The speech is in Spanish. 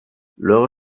luego